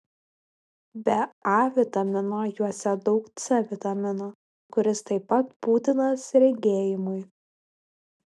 be a vitamino juose daug c vitamino kuris taip pat būtinas regėjimui